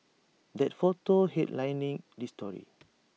that photo headlining this story